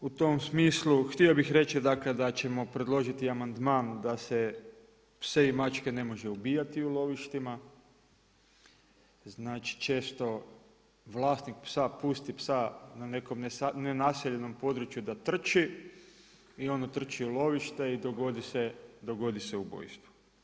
U tom smislu htio bih reći da ćemo predložiti amandman da se pse i mačke ne može ubijati u lovištima, znači često vlasnik psa pusti psa na nekom nenaseljenom području da trči i on utrči u lovište i dogodi se ubojstvo.